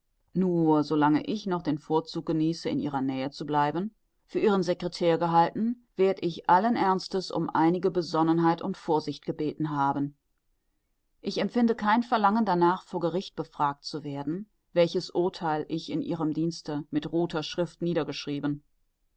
nur so lange ich noch den vorzug genieße in ihrer nähe zu bleiben für ihren secretair zu gelten werd ich alles ernstes um einige besonnenheit und vorsicht gebeten haben ich empfinde kein verlangen danach vor gericht befragt zu werden welches urtheil ich in ihrem dienste mit rother schrift niedergeschrieben